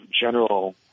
general